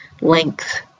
length